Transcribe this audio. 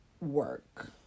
work